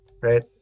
right